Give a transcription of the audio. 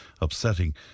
upsetting